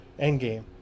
Endgame